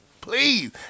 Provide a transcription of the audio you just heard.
Please